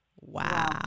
wow